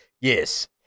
yes